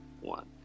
one